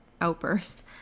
outburst